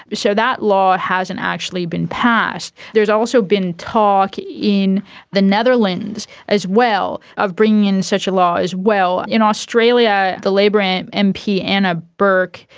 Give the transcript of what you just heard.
so that law hasn't actually been passed. there has also been talk in the netherlands as well of bringing in such a law as well. in australia the labor mp anna burke,